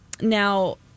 Now